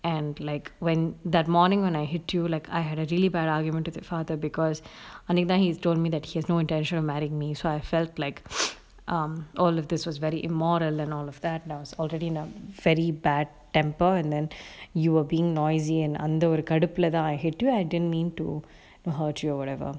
and like when that morning when I hit you like I had a really bad argument with your father because every time he's told me that he has no intention of marrying me so I felt like um all of this was very immoral and all of that and I was already in a very bad temper and then you were being noisy and அந்த ஒரு கடுப்புல தான்:antha oru kaduppula than I had do I didn't mean to hurt you or whatever